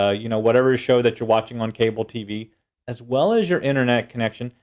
ah you know whatever show that you're watching on cable tv as well as your internet connection.